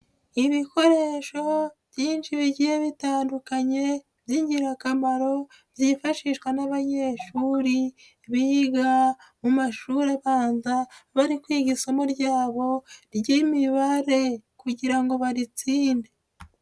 Ibikoresho byinshi bigiye bitandukanye, by'ingirakamaro byifashishwa n'abanyeshuri biga mu mashuri abanza, bari kwiga isomo ryabo ry'Imibare kugira ngo baritsinde.